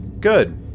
good